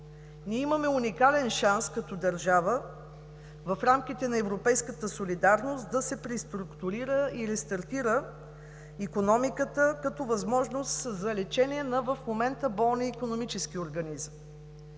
Ние имаме уникален шанс като държава в рамките на европейската солидарност да се преструктурира и рестартира икономиката като възможност за лечение на в момента болния икономически организъм.